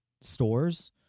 stores